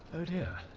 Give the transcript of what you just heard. oh dear,